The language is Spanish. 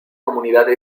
comunidad